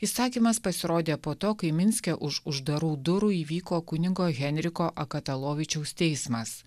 įsakymas pasirodė po to kai minske už uždarų durų įvyko kunigo henriko akatolovičiaus teismas